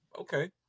okay